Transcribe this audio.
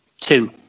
Two